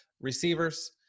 receivers